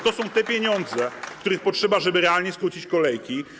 To są te pieniądze, których potrzeba, żeby realnie skrócić kolejki.